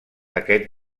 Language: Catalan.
aquest